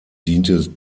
diente